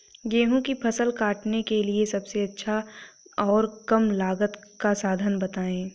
गेहूँ की फसल काटने के लिए सबसे अच्छा और कम लागत का साधन बताएं?